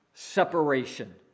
separation